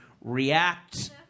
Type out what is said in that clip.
React